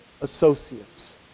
associates